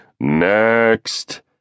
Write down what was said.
next